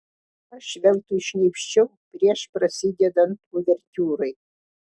aš veltui šnypščiau prieš prasidedant uvertiūrai